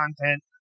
content